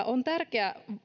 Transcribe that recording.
on tärkeä